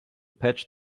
patch